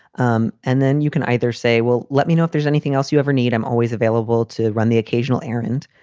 um and then you can either say, well, let me know if there's anything else you ever need. i'm always available to run the occasional errand.